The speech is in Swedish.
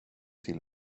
till